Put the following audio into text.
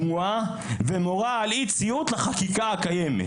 תמוהה ומורה על אי ציות לחקיקה הקיימת".